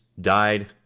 died